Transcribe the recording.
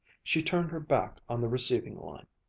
she turned her back on the receiving-line.